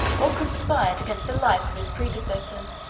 or conspired against the life, of his predecessor.